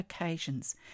occasions